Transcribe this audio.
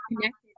connected